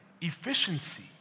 efficiency